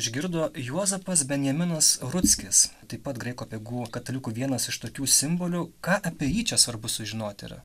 išgirdo juozapas benjaminas rutskis taip pat graikų apeigų katalikų vienas iš tokių simbolių ką apie jį čia svarbu sužinoti yra